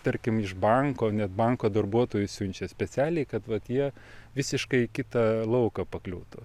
tarkim iš banko net banko darbuotojus siunčia specialiai kad jie visiškai į kitą lauką pakliūtų